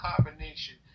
combination